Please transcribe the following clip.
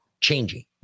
changing